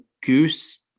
Goose